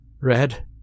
Red